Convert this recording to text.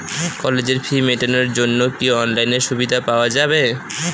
কলেজের ফি মেটানোর জন্য কি অনলাইনে সুবিধা পাওয়া যাবে?